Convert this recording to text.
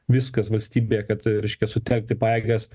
viskas valstybėje kad reiškia sutelkti pajėgas